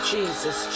Jesus